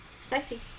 Sexy